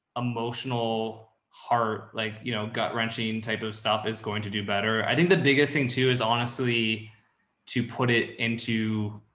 emotional heart, like, you know, gut wrenching type of stuff is going to do better. i think the biggest thing too is honestly to put it into